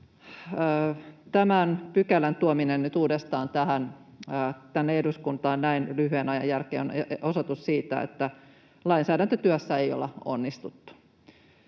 Tämän pykälän tuominen nyt uudestaan tänne eduskuntaan näin lyhyen ajan jälkeen on osoitus siitä, että lainsäädäntötyössä ei olla onnistuttu.